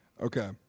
Okay